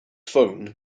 phone